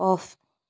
off